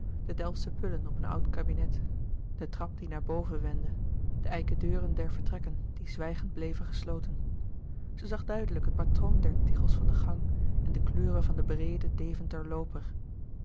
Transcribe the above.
de delftsche pullen op een oud kabinet de trap die naar boven wendde de eiken deuren der vertrekken die zwijgend bleven gesloten zij zag duidelijk het patroon der tichels van de gang en de kleuren van den breeden deventer looper